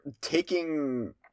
taking